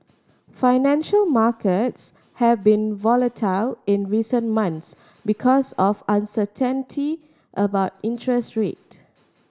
financial markets have been volatile in recent months because of uncertainty about interest rate